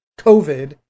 COVID